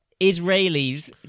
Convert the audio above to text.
Israelis